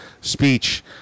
speech